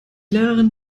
lehrerin